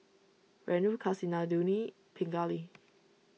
Renu Kasinadhuni Pingali